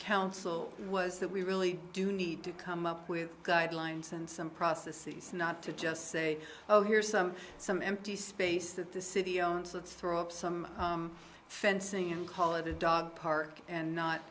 council was that we really do need to come up with guidelines and some process not to just say oh here's some some empty space that the city owns let's throw up some fencing and call it a dog park and not